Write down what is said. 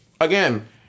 again